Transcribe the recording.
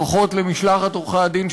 ברכות למשלחת עורכי-הדין,